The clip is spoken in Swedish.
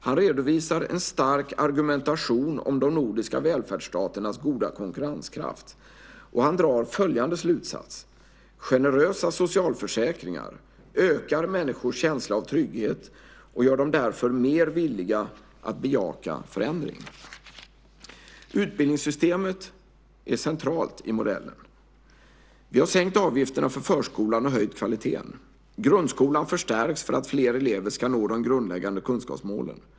Han redovisar en stark argumentation om de nordiska välfärdsstaternas goda konkurrenskraft, och han drar följande slutsats: Generösa socialförsäkringar ökar människors känsla av trygghet och gör dem därför mer villiga att bejaka förändring. Utbildningssystemet är centralt i modellen. Vi har sänkt avgifterna för förskolan och höjt kvaliteten. Grundskolan förstärks för att fler elever ska nå de grundläggande kunskapsmålen.